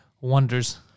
wonders